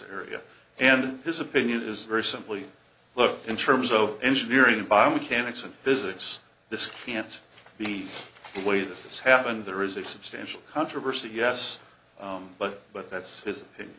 area and his opinion is very simply look in terms of engineering and biomechanics and physics this can't be the way this has happened there is a substantial controversy yes but but that's